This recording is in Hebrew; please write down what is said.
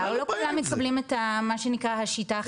לא כולם מקבלים את מה שנקרא השיטה החדשה.